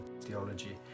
theology